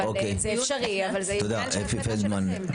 אבל זה אפשרי וזאת החלטה שלכם.